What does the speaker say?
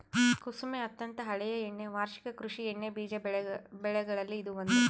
ಕುಸುಮೆ ಅತ್ಯಂತ ಹಳೆಯ ಎಣ್ಣೆ ವಾರ್ಷಿಕ ಕೃಷಿ ಎಣ್ಣೆಬೀಜ ಬೆಗಳಲ್ಲಿ ಇದು ಒಂದು